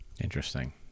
interesting